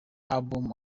albums